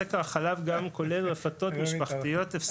סקר החלב גם כולל רפתות משפחתיות הפסדיות